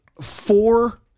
four